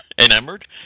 enamored